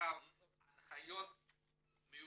ומעקב אחר יישום ההנחיות.